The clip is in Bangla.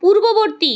পূর্ববর্তী